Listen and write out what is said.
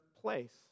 place